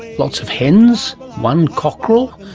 lots of hens, one cockerel,